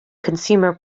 consumer